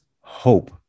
hope